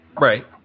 Right